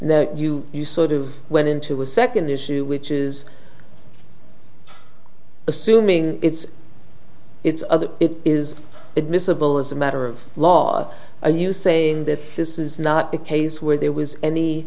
that you you sort of went into a second issue which is assuming it's it's other it is admissible as a matter of law are you saying that this is not a case where there was any